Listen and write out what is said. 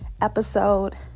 episode